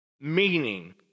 meaning